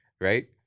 right